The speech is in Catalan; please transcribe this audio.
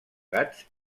gats